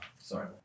Sorry